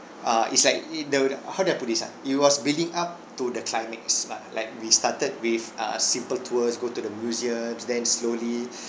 uh it's like it the how do I put this ah it was building up to the climax part like we started with uh simple tours go to the museums then slowly